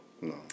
No